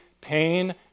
pain